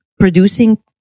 Producing